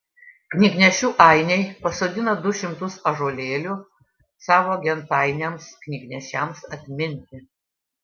knygnešių ainiai pasodino du šimtus ąžuolėlių savo gentainiams knygnešiams atminti